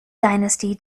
dynasty